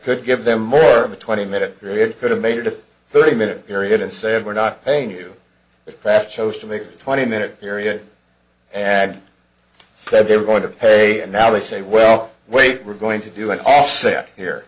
could give them more of a twenty minute period could have made a thirty minute period and said we're not paying you past chose to make a twenty minute period and said they were going to pay and now they say well wait we're going to do an offset here